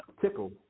tickle